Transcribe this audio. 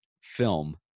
film